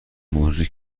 موجود